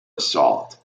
assault